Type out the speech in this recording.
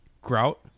grout